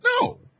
No